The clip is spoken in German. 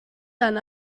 dann